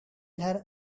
her